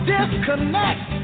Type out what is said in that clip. Disconnect